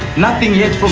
nothing yet from